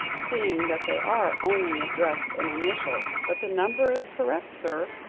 seeing that they are only addressed in initials. but the number is correct, sir.